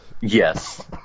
Yes